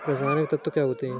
रसायनिक तत्व क्या होते हैं?